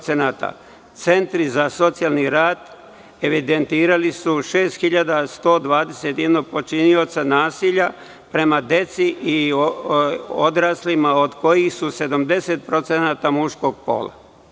Centri za socijalni rad evidentirali su 6.121 počinioca nasilja prema deci i odraslima, gde su 80% muškog pola.